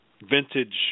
vintage